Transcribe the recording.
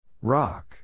Rock